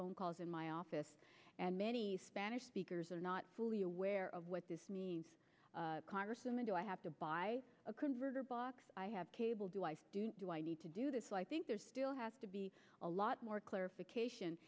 phone calls in my office and many spanish speakers are not fully aware of what this needs congresswomen do i have to buy a converter box i have cable do i do i need to do this i think there still has to be a lot more clarification